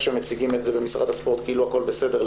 שמציגים את זה במשרד הספורט כאילו הכול בסדר,